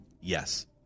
Yes